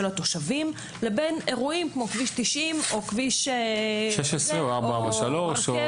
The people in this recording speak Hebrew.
התושבים לבין אירועים כמו כביש 90 או רכבת.